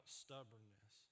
stubbornness